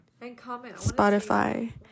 Spotify